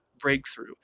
breakthrough